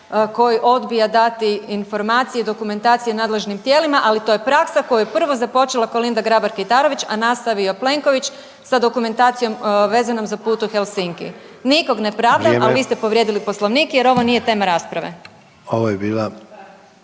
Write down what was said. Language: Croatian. koji odbija dati informacije i dokumentacije nadležnim tijelima, ali to je praksa koju je prvo započela Kolinda Grabar Kitarović, a nastavio Plenković sa dokumentacijom vezanom za put u Helsinki. Nikog ne pravdam, ali vi ste …/Upadica: Vrijeme./… povrijedili Poslovnik jer ovo nije tema rasprave. **Sanader,